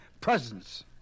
presence